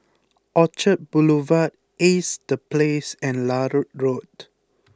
Orchard Boulevard Ace The Place and Larut Road